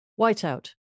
Whiteout